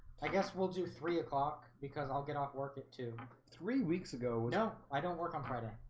i guess we'll do three o'clock because i'll get off work it two three weeks ago. no i don't work on friday.